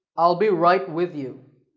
i'll be right with you.